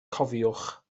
cofiwch